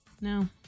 No